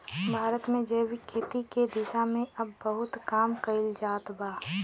भारत में जैविक खेती के दिशा में अब बहुत काम कईल जात बा